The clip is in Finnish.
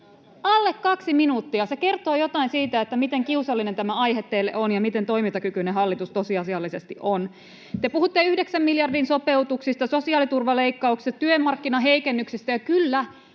alle kaksi minuuttia. Se kertoo jotain siitä, miten kiusallinen tämä aihe teille on ja miten toimintakykyinen hallitus tosiasiallisesti on. Te puhutte yhdeksän miljardin sopeutuksista, sosiaaliturvaleikkauksista, työmarkkinaheikennyksistä, ja kyllä,